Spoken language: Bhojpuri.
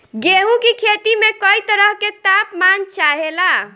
गेहू की खेती में कयी तरह के ताप मान चाहे ला